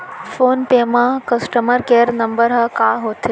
Phone पे म customer care number ह का होथे?